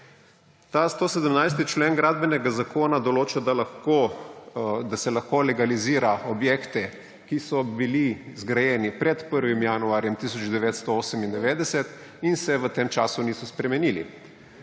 Ta 117. člen Gradbenega zakona določa, da se lahko legalizira objekte, ki so bili zgrajeni pred 1. januarjem 1998 in se v tem času niso spremenili.